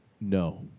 No